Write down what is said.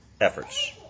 efforts